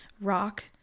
rock